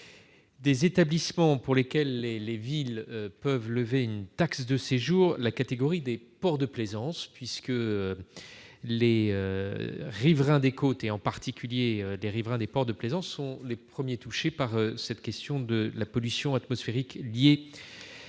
des établissements pour lesquels les villes peuvent lever une taxe de séjour la catégorie des ports de plaisance, puisque les riverains des côtes, en particulier les riverains des ports de plaisance, sont les premiers touchés par la pollution atmosphérique liée